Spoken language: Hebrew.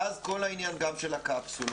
אז כל העניין של הקפסולות,